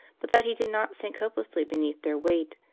but that he did not sink hopelessly beneath their weight,